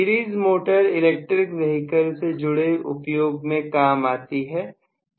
series motor electric vehicle से जुड़े उपयोग में काम लाई जाती है